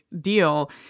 deal